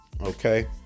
Okay